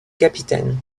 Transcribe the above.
capitaine